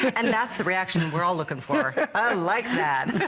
and that is the reaction we are ah looking for! i like that!